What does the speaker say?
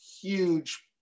huge